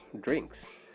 drinks